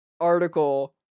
article